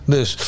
Dus